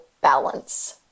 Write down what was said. balance